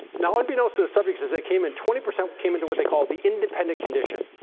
now unbeknownst to the subjects is they came in twenty percent came into what they call the independent condition.